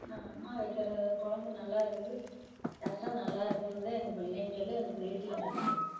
நான் அம்மா வைக்கிற கொழம்பு நல்லா இருக்குது ரஸம் நல்லா இருக்கும்னுதான் எங்கள் பிள்ளையும் சொல்லும் எங்கள் பேத்தியும் சொல்லுவாள்